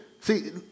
See